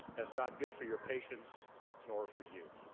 that's not good for your patients nor for you.